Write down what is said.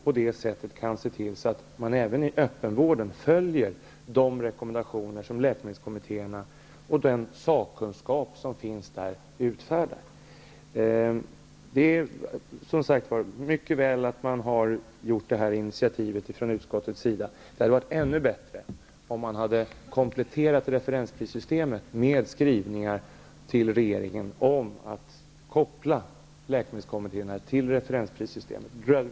På det sättet kan vi se till att de rekommendationer som läkemedelskommittéerna utfärdar även följs inom öppenvården. Det är väl att utskottet tar detta initiativ. Det hade varit ännu bättre om man hade kompletterat referensprissystemet med skrivningar till regeringen om att koppla läkemedelskommittéerna till referensprissystemet.